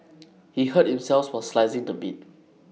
he hurt him selves while slicing the meat